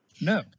No